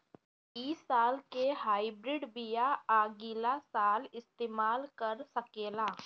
इ साल के हाइब्रिड बीया अगिला साल इस्तेमाल कर सकेला?